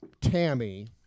Tammy